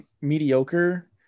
mediocre